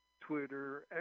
Twitter